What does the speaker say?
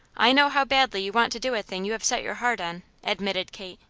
i know how badly you want to do a thing you have set your heart on, admitted kate.